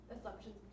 assumptions